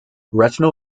retinal